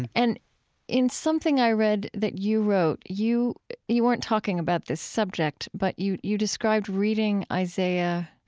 and and in something i read that you wrote you you weren't talking about this subject but you you described reading isaiah,